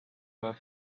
were